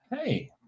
Hey